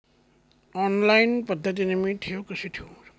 Online पद्धतीने मी ठेव कशी ठेवू शकतो?